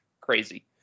crazy